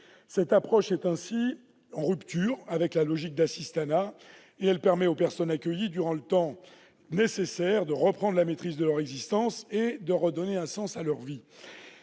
Cette approche est ainsi en rupture avec les logiques d'assistanat et permet aux personnes accueillies, durant le temps qui leur est nécessaire, de reprendre la maîtrise de leur existence et de redonner un sens à leur vie.